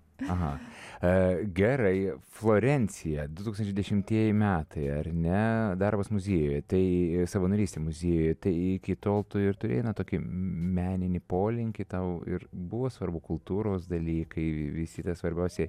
aha gerai florencija du tūkstančiai dešimtieji metai ar ne darbas muziejuje tai savanorystė muziejuje tai iki tol tu ir turėjai na tokį meninį polinkį tau ir buvo svarbu kultūros dalykai visi tie svarbiausi